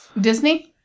Disney